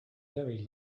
very